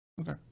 Okay